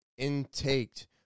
intaked